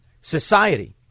society